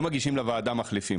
לא מגישים לוועדה מחליפים,